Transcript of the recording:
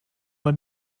man